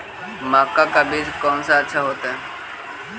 मक्का का बीज कौन सा अच्छा होता है?